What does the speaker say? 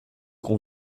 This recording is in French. qu’on